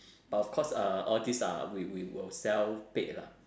but of course uh all these are we we will self paid lah